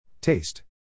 Taste